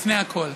לפני הכול.